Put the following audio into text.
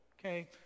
Okay